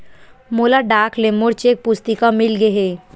मोला डाक ले मोर चेक पुस्तिका मिल गे हे